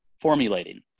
formulating